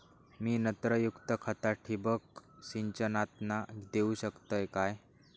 मी नत्रयुक्त खता ठिबक सिंचनातना देऊ शकतय काय?